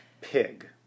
Pig